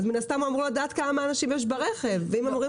מן הסתם הוא אמור לדעת כמה אנשים יש ברכב.